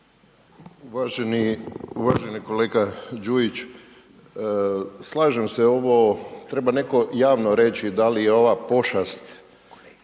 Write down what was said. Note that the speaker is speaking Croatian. Uvaženi kolega Đujić, slažem se. Ovo treba neko javno reći da li je ova pošast i da